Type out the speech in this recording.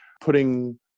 putting